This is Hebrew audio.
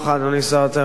אדוני שר התיירות,